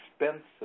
expensive